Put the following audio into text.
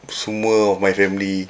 semua of my family